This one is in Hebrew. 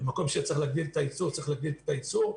במקום שצריך להגדיל את הייצור צריך להגדיל את הייצור,